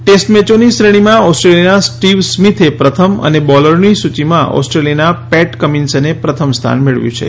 test મેચોની શ્રેણીમાં ઓસેંીલિયાના સ્ટીવ સ્મીથે પ્રથમ અને બોલરોની સૂચિમાં ઓસ્રેહેલિયાના પેટ કમિન્સે પ્રથમ સ્થાન મેળવ્યું છે